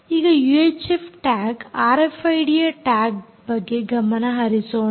ಈಗ UHF tag RFID tag ಬಗ್ಗೆ ಗಮನ ಹರಿಸೋಣ